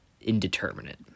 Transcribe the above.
indeterminate